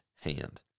hand